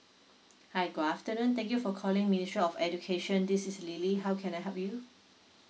hi good afternoon thank you for calling ministry of education this is lily how can I help you